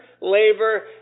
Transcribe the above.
labor